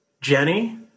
Jenny